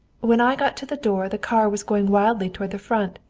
when i got to the door the car was going wildly toward the front,